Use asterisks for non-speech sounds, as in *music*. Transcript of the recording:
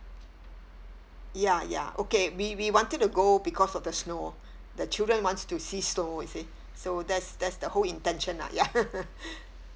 ya ya okay we we wanted to go because of the snow the children wants to see snow you see so that's that's the whole intention lah ya *laughs*